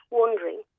wondering